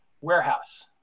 warehouse